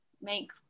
make